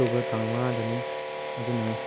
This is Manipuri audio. ꯑꯣꯛꯇꯣꯚꯔ ꯇꯥꯡ ꯃꯉꯥꯗꯅꯤ ꯑꯗꯨꯅ